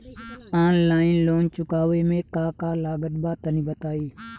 Online loan चुकावे म का का लागत बा तनि बताई?